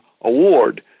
award